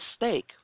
mistake